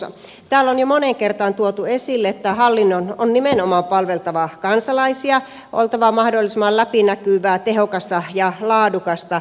täällä on jo moneen kertaan tuotu esille että hallinnon on nimenomaan palveltava kansalaisia oltava mahdollisimman läpinäkyvää tehokasta ja laadukasta